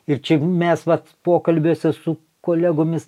ir čia mes vat pokalbiuose su kolegomis